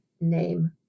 name